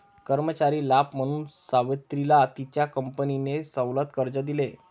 कर्मचारी लाभ म्हणून सावित्रीला तिच्या कंपनीने सवलत कर्ज दिले